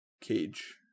Cage